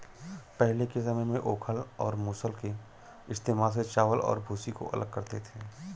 पहले के समय में ओखल और मूसल के इस्तेमाल से चावल और भूसी को अलग करते थे